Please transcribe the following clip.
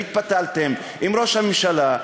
התפתלתם עם ראש הממשלה,